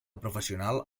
professional